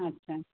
अच्छा